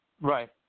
Right